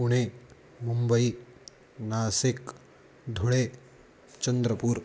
Pune Mumbai Nashik Dhule Chandrapur